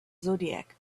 zodiac